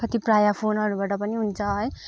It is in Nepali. कति प्रायः फोनहरूबाट नि हुन्छ है